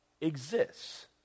exists